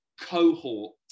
cohort